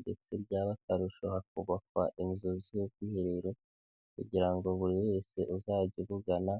ndetse byaba akarusho hakubakwa inzu z'ubwiherero kugira ngo buri wese uzajya ubugana